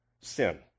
sin